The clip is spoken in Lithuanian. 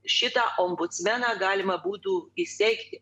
šitą ombudsmeną galima būtų įsteigti